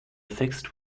fixed